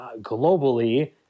globally